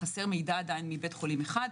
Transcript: חסר מידע מבית חולים אחד.